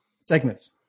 segments